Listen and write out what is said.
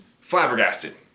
flabbergasted